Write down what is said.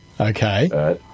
Okay